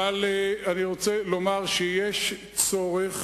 אבל אני רוצה לומר שיש צורך